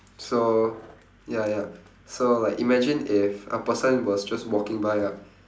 so ya ya so like imagine if a person was just walking by ah